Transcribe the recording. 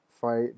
fight